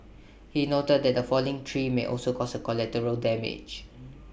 he noted that A falling tree may also cause collateral damage